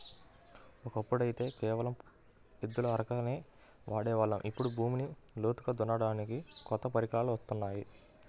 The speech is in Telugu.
ఒకప్పుడైతే కేవలం ఎద్దుల అరకనే వాడే వాళ్ళం, ఇప్పుడు భూమిని లోతుగా దున్నడానికి కొత్త పరికరాలు వత్తున్నాయి